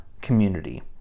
community